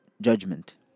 judgment